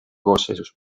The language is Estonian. koosseisus